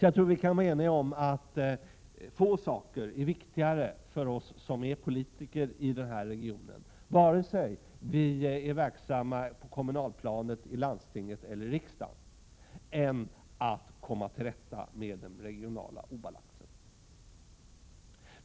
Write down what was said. Jag tror vi kan vara eniga om att få saker är viktigare för oss som är politiker i den här regionen, vare sig vi är verksamma på det kommunala planet, i landstinget eller i riksdagen, än att komma till rätta med den regionala obalansen.